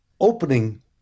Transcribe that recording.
opening